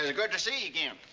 ah good to see you again.